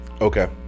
Okay